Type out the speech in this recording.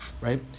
Right